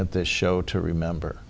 at this show to remember